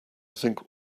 think